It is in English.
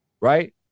Right